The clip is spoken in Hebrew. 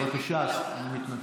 בבקשה, אני מתנצל.